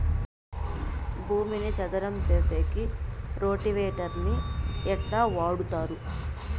భూమిని చదరం సేసేకి రోటివేటర్ ని ఎట్లా వాడుతారు?